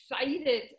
excited